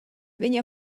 vegn